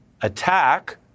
attack